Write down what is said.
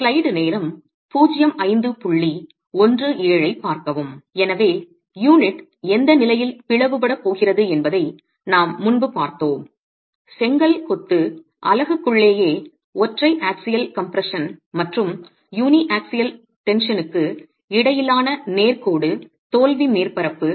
எனவே யூனிட் எந்த நிலையில் பிளவுபடப் போகிறது என்பதை நாம் முன்பு பார்த்தோம் செங்கல் கொத்து அலகுக்குள்ளேயே ஒற்றை ஆக்சியல் கம்ப்ரஷன் மற்றும் யூனிஆக்சியல் டென்ஷனுக்கு இடையிலான நேர்கோடு தோல்வி மேற்பரப்பு